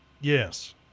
yes